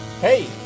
Hey